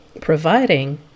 providing